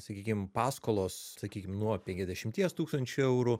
sakykim paskolos sakykim nuo penkiasdešimties tūkstančių eurų